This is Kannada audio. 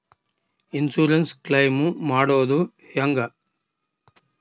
ಇನ್ಸುರೆನ್ಸ್ ಕ್ಲೈಮು ಮಾಡೋದು ಹೆಂಗ?